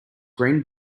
green